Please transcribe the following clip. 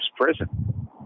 prison